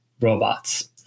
robots